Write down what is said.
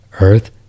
Earth